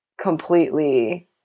completely